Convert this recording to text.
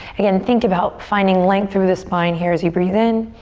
again, think about finding length through the spine here as you breathe in.